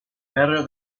better